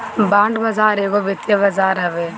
bond बाजार एगो वित्तीय बाजार हवे